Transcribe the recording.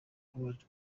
awards